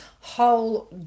whole